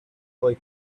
boy